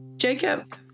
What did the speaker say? Jacob